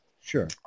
Sure